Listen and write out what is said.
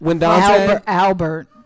albert